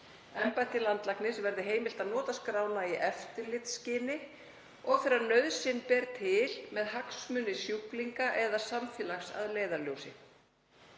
Embætti landlæknis verði heimilt að nota skrána í eftirlitsskyni og þegar nauðsyn ber til með hagsmuni sjúklinga eða samfélags að leiðarljósi.“